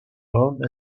down